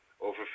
over